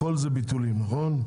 הכול זה ביטולים, נכון?